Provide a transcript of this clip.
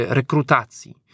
rekrutacji